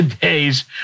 days